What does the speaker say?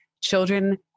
children